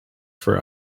for